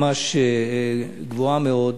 ממש גבוהה מאוד.